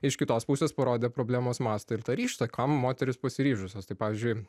iš kitos pusės parodė problemos mastą ir tą ryžtą kam moterys pasiryžusios tai pavyzdžiui